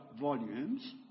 volumes